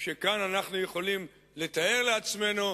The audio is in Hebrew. שכאן אנחנו יכולים לתאר לעצמנו,